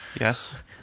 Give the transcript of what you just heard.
yes